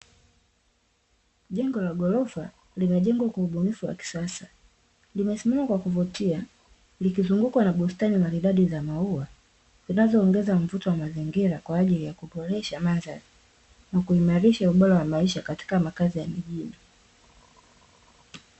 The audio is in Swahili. Jengo la ghorofa limejengwa kwa ubunifu wa kisasa. Limesimama kwa kuvutia, likizungukwa na bustani maridadi za maua zinazoongeza mvuto wa mazingira kwa ajili ya kuboresha mandhari, na kuimarisha ubora wa maisha katika makazi ya mjini.